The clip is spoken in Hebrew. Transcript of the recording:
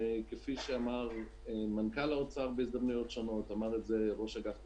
כפי שאמר מנכ"ל האוצר בהזדמנויות שונות ואמר ראש אגף תקציבים,